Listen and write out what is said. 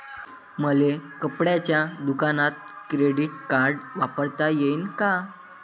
मले कपड्याच्या दुकानात क्रेडिट कार्ड वापरता येईन का?